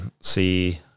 see